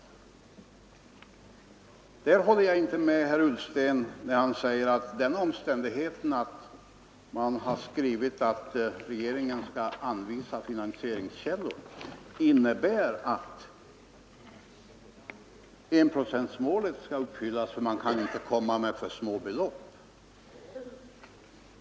Och jag håller inte med herr Ullsten, när han säger att den omständigheten att utskottet har skrivit att regeringen skall anvisa finansieringskällor innebär att enprocentsmålet skall uppfyllas, ty man kan inte komma med för små belopp.